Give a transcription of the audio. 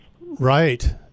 Right